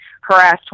harassed